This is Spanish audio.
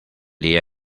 día